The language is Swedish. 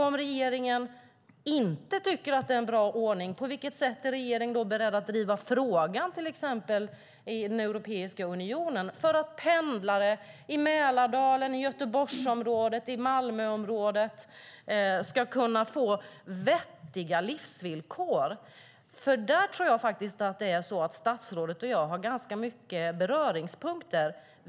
Om regeringen inte tycker att det är en bra ordning, på vilket sätt är regeringen då beredd att driva frågan till exempel i Europeiska unionen för att pendlare i Mälardalen, i Göteborgsområdet och i Malmöområdet ska kunna få vettiga livsvillkor? Jag tror att statsrådet och jag där har ganska många beröringspunkter.